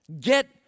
Get